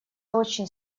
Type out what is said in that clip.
очень